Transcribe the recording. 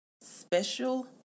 special